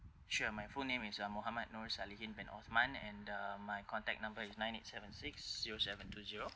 sure my full name is uh mohammad nor salihin bin othman and uh my contact number is nine eight seven six zero seven two zero